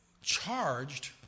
charged